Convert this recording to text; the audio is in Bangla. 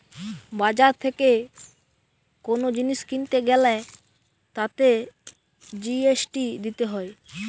বাজার থেকে কোন জিনিস কিনতে গ্যালে তাতে জি.এস.টি দিতে হয়